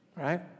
right